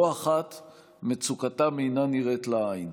לא אחת מצוקתם אינה נראית לעין,